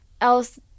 else